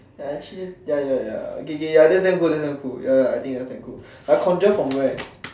ya ya ya okay okay ya that's damn cool that's damn cool ya ya I think that's damn cool but conjure from where